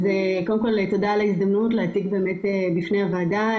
קודם כול תודה על ההזדמנות להציג את הדברים בפני הוועדה.